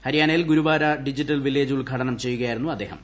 ഹരിയാനയിൽ Gurawara digital village ഉദ്ഘാടനം ചെയ്യുകയായിരുന്നു അദ്ദേഹം